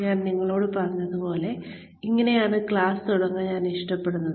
ഞാൻ നിങ്ങളോട് പറഞ്ഞതുപോലെ ഇങ്ങനെയാണ് ക്ലാസ് തുടങ്ങാൻ ഞാൻ ഇഷ്ടപ്പെടുന്നത്